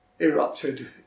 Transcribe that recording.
erupted